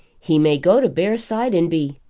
he may go to bearside and be!